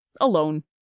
alone